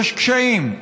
יש קשיים,